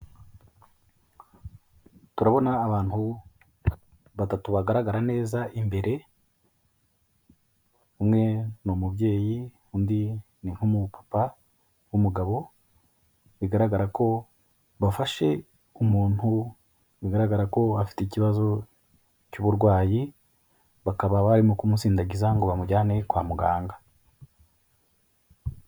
Turabona abantu batatu bagaragara neza imbere, umwe ni umubyeyi undi ni nk'umupapa w'umugabo, bigaragara ko bafashe umuntu, bigaragara ko afite ikibazo cy'uburwayi bakaba barimo kumusindagiza ngo bamujyane kwa muganga.